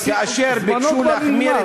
זמנו כבר נגמר.